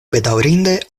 bedaŭrinde